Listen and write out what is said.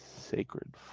Sacred